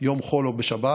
יום חול או שבת?